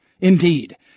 Indeed